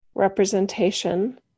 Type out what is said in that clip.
Representation